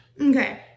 Okay